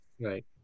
right